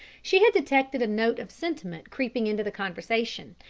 she had detected a note of sentiment creeping into the conversation,